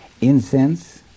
incense